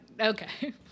Okay